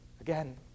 Again